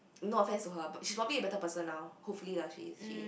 no offence to her but she's probably a better person now hopefully lah she is she is